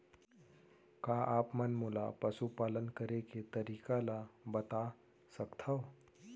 का आप मन मोला पशुपालन करे के तरीका ल बता सकथव?